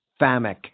FAMIC